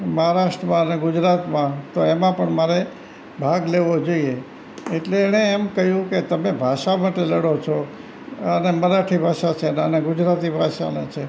મહારાષ્ટ્રમાં અને ગુજરાતમાં તો એમાં પણ મારે ભાગ લેવો જોઈએ એટલે એણે એમ કહ્યું કે તમે ભાષા માટે લડો છો આને મરાઠી ભાષા છે ને આને ગુજરાતી ભાષાના છે